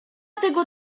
tego